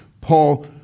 Paul